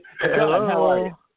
hello